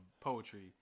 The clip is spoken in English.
poetry